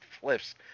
flips